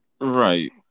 Right